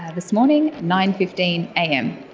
ah this morning, nine fifteen am.